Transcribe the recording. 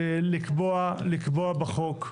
לקבוע בחוק,